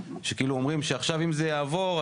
מרואיינים שאומרים שאם זה יעבור,